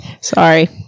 sorry